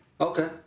Okay